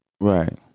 Right